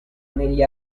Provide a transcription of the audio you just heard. negli